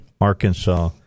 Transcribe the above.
Arkansas